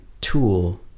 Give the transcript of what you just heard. tool